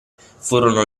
furono